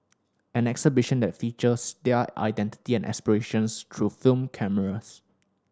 an exhibition that features their identity and aspirations through film cameras